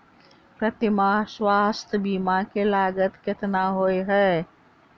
प्रति माह स्वास्थ्य बीमा केँ लागत केतना होइ है?